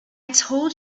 told